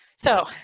so,